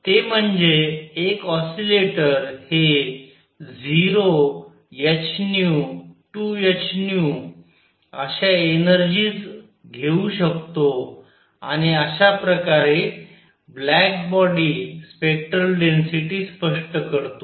ते म्हणजे एक ऑसिलेटर हे 0 h 2 h अश्या एनर्जीज घेऊ शकतो आणि अश्या प्रकारे ब्लॅक बॉडी स्पेक्टरल डेन्सिटी स्पष्ट करतो